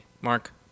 Mark